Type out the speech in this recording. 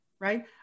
Right